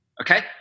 Okay